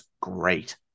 great